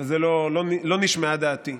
ולא נשמעה דעתי.